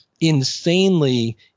insanely